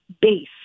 base